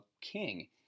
king